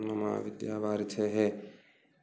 मम विद्यावारिधेः